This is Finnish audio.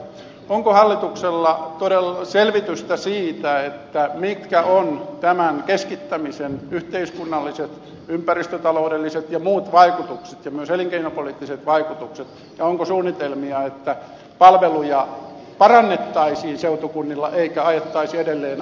onko hallituksella selvitystä siitä mitkä ovat tämän keskittämisen yhteiskunnalliset ympäristötaloudelliset ja muut vaikutukset ja myös elinkeinopoliittiset vaikutukset ja onko suunnitelmia että palveluja parannettaisiin seutukunnilla eikä ajettaisi edelleen alas